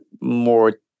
more